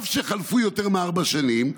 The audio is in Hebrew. אף שחלפו יותר מארבע שנים,